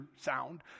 sound